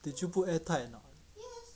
did you put airtight or not